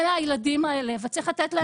אלה הילדים האלה וצריך לתת להם את הסכום.